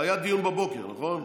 כבר היה דיון בבוקר, נכון?